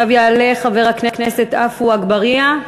יעלה חבר הכנסת עפו אגבאריה,